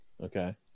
Okay